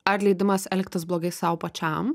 ar leidimas elgtis blogai sau pačiam